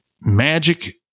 Magic